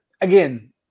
again